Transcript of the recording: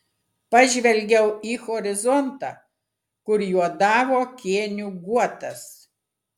pažvelgiau į horizontą kur juodavo kėnių guotas